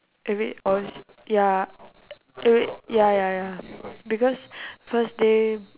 eh wait or is it ya eh wait ya ya ya because first day